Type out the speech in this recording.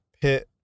pit